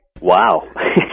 Wow